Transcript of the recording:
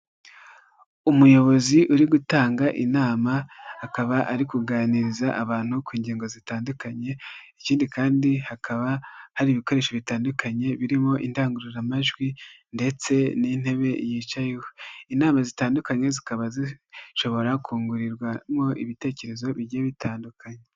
Umuyobozi uri gutanga inama akaba ari kuganiriza abantu ku ngingo zitandukanye, ikindi kandi hakaba hari ibikoresho bitandukanye birimo indangururamajwi ndetse n'intebe yicayeho, inama zitandukanye zikaba zishobora kungurirwamo ibitekerezo bigiye bitandukanye.